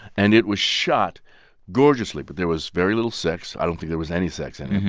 and it was shot gorgeously, but there was very little sex. i don't think there was any sex in it,